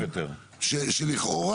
שלכאורה,